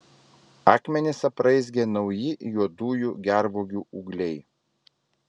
akmenis apraizgė nauji juodųjų gervuogių ūgliai